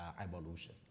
evolution